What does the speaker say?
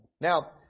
Now